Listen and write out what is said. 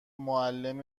معلم